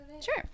Sure